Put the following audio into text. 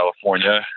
California